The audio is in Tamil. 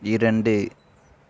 இரண்டு